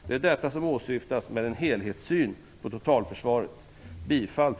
Det är detta som åsyftas med en helhetssyn på totalförsvaret.